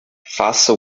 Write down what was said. faça